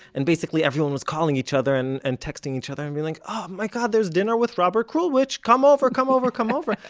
and basically everyone was calling each other and and texting each other and being like, oh my god, there's dinner with robert krulwich, come over, come over, come over.